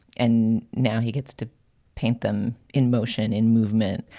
and now he gets to paint them in motion in movement.